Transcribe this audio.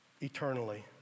eternally